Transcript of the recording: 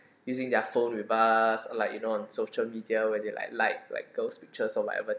using their phone with us like you know on social media where do you like like like those pictures or whatever